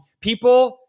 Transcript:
people